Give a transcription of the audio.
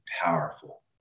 powerful